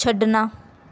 ਛੱਡਣਾ